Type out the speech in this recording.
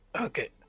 Okay